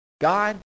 God